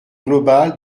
globale